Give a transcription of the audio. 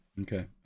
Okay